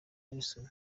nelson